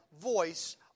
voice